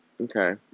Okay